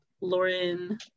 Lauren